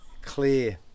clear